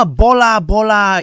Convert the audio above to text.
bola-bola